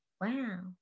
wow